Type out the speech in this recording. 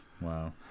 Wow